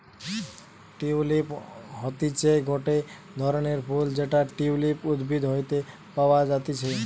tulip হতিছে গটে ধরণের ফুল যেটা টিউলিপ উদ্ভিদ হইতে পাওয়া যাতিছে